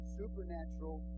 supernatural